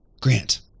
Grant